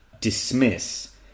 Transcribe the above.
dismiss